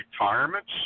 retirements